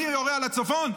אני יורה על הצפון?